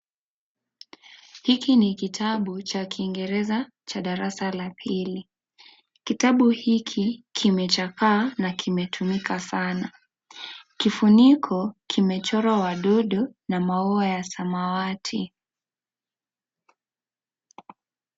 Hiki ni kitabu cha kiingereza cha darasa la pili. Kitabu hiki, kimechakaa na kimetumika sana. Kifuniko kimechorwa wadudu na maua ya samawati.